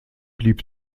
blieb